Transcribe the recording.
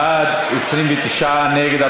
אנחנו עוברים להצבעה, חברי הכנסת נא לשבת.